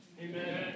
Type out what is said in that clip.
amen